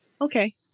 okay